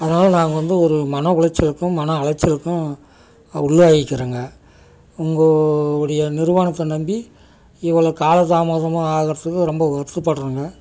அதனால் நாங்கள் வந்து ஒரு மன உளைச்சலுக்கும் மன அலைச்சலுக்கும் உள்ளாயிக்கிறோங்க உங்கள் உடைய நிறுவனத்தை நம்பி இவ்வளோ கால தாமதமாக ஆகிறதுக்கு ரொம்ப வருத்தப்படுறோங்க